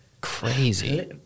Crazy